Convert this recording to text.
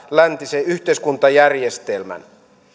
läntisen yhteiskuntajärjestelmän